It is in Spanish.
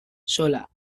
sola